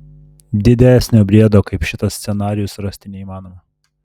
didesnio briedo kaip šitas scenarijus rasti neįmanoma